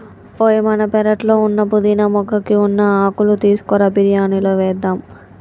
ఓయ్ మన పెరట్లో ఉన్న పుదీనా మొక్కకి ఉన్న ఆకులు తీసుకురా బిరియానిలో వేద్దాం